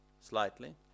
slightly